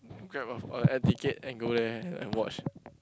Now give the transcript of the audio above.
grab of a air ticket and go there and watch